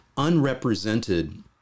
unrepresented